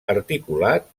articulat